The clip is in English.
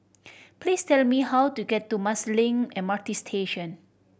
please tell me how to get to Marsiling M R T Station